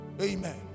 Amen